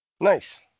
Nice